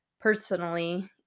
personally